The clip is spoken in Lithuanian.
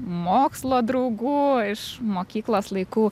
mokslo draugų iš mokyklos laikų